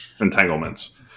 entanglements